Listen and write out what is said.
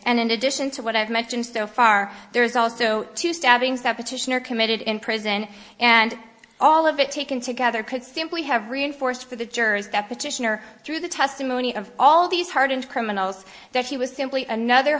and in addition to what i've mentioned so far there's also two stabbings that petitioner committed in prison and all of it taken together could simply have reinforced for the jurors that petitioner through the testimony of all these hardened criminals that he was simply another